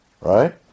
Right